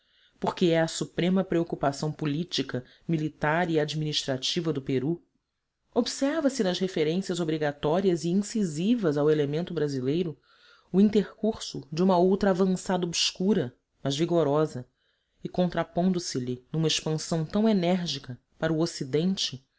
porque é a suprema preocupação política militar e administrativa do peru observa se nas referências obrigatórias e incisivas ao elemento brasileiro o intercurso de uma outra avançada obscura mas vigorosa e contrapondo se lhe numa expansão tão enérgica para o ocidente